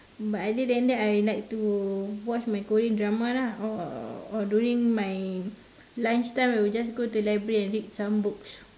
but other than that I like to watch my korean drama lah or during my lunch time I will just go to library and read some books